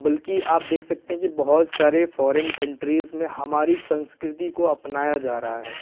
बल्कि आप देख सकते हैं की बहुत सारे फॉरेन कंट्रीज में हमारी संस्कृति को अपनाया जा रहा है